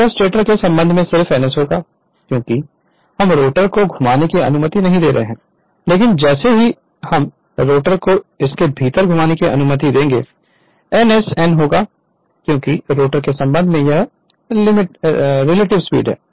यह स्टेटर के संबंध में सिर्फ ns होगा क्योंकि हम रोटर को घुमाने की अनुमति नहीं दे रहे हैं लेकिन जैसे ही हम रोटर को इसके भीतर घुमाने की अनुमति देंगे ns n होगा क्योंकि रोटर के संबंध में यह रिलेटिव स्पीड है